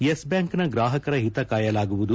Yes ಬ್ಯಾಂಕ್ನ ಗ್ರಾಹಕರ ಹಿತ ಕಾಯಲಾಗುವುದು